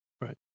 Right